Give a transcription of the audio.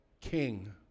King